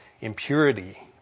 impurity